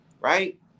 right